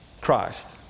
Christ